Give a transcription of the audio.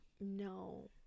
No